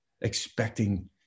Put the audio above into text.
expecting